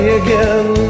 again